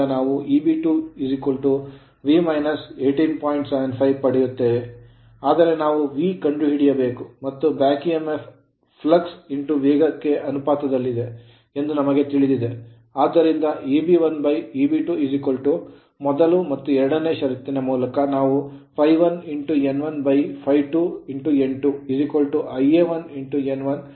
75 ಪಡೆಯುತ್ತೇವೆ ಆದರೆ ನಾವು V ಕಂಡುಹಿಡಿಯಬೇಕು ಮತ್ತು back emf back EMF flux ಫ್ಲಕ್ಸ್ ವೇಗ ಗೆ ಅನುಪಾತದಲ್ಲಿದೆ ಎಂದು ನಮಗೆ ತಿಳಿದಿದೆ ಆದ್ದರಿಂದ Eb1Eb2 ಮೊದಲ ಮತ್ತು ಎರಡನೇ ಷರತ್ತಿನ ಮೂಲಕ ನಾವು ∅1n1 ∅2n2 Ia1 n1 Ia2 n2 ಎಂದು ಬರೆಯಬಹುದು